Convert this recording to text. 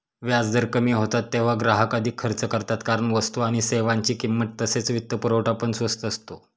व्याजदर कमी होतात तेव्हा ग्राहक अधिक खर्च करतात कारण वस्तू आणि सेवांची किंमत तसेच वित्तपुरवठा पण स्वस्त असतो